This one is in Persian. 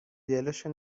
دلشون